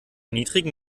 niedrigen